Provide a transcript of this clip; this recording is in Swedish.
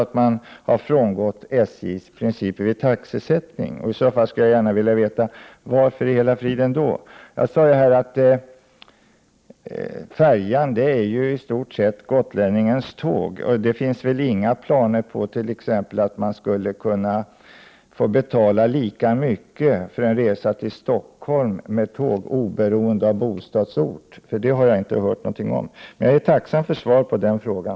Har man frångått SJ:s principer vid taxesättningen? I så fall skulle jag vilja veta varför. Färjan är i stort sett gotlänningarnas tåg. Men det finns väl inga planer på att man skall få betala lika mycket för en resa till Stockholm med tåg oavsett var man bor? Något sådant har jag inte hört talas om. Jag är tacksam för ett svar på frågan.